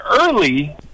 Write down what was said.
early